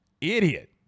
Idiot